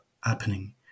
happening